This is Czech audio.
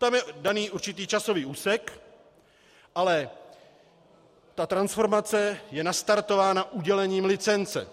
Tam je daný určitý časový úsek, ale ta transformace je nastartována udělením licence.